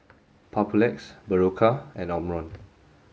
Papulex Berocca and Omron